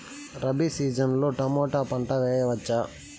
Rabi season లో tomato పంట వేయవచ్చా?